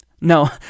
no